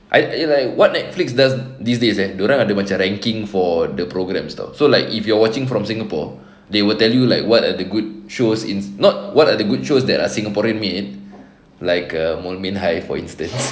I I like what Netflix does these days eh dorang ada macam ranking for the programme stuff so like if you are watching from singapore they will tell you like what are the good shows it's not what are the good shows that are singaporean me in like a moulmein high for instance